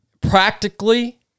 practically